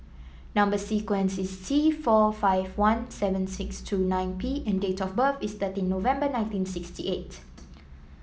number sequence is T four five one seven six two nine P and date of birth is thirteen November nineteen sixty eight